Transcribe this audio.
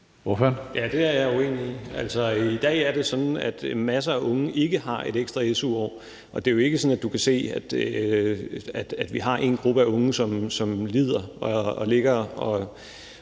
Ja, det er jeg uenig. Altså, i dag er det sådan, at masser af unge ikke har et ekstra su-år, og det er jo ikke sådan, at du kan se, at vi har en gruppe af unge, som ligger og lider store